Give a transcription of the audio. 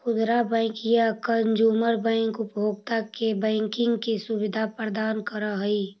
खुदरा बैंक या consumer bank उपभोक्ता के बैंकिंग के सुविधा प्रदान करऽ हइ